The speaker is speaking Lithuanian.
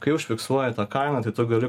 kai užfiksuoja tą kainą tai tu gali